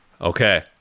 Okay